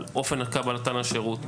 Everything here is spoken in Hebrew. על אופן קבלת השירות.